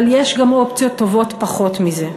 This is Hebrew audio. אבל יש גם אופציות טובות פחות מזה.